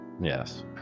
yes